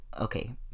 Okay